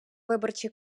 виборчі